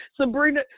Sabrina